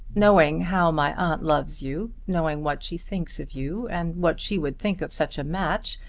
knowing how my aunt loves you, knowing what she thinks of you and what she would think of such a match,